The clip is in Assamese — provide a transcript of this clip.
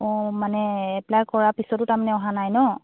অঁ মানে এপ্লাই কৰাৰ পিছতো তাৰমানে অহা নাই ন